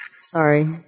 sorry